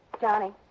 Johnny